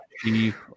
Chief